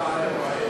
במועד אחר.